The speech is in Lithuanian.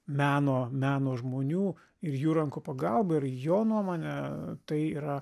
meno meno žmonių ir jų rankų pagalba ir jo nuomone tai yra